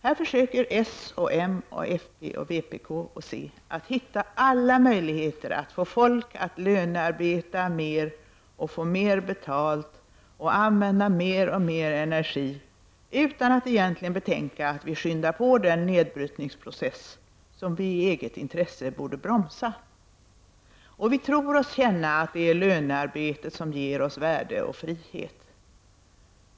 Här försöker s, m, fp, vpk och c att hitta alla möjligheter att få människor att lönearbeta mer och få mer betalt samt att använda mer och mer energi, utan att egentligen betänka att vi skyndar på den nedbrytningsprocess som vi i eget intresse borde bromsa. Vi tror oss känna att det är lönearbetet som ger oss värde och frihet.